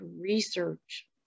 research